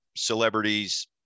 celebrities